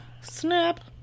snap